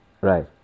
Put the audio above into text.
Right